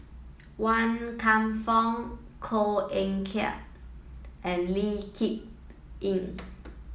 Wan Kam Fook Koh Eng Kian and Lee Kip Lin